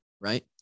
right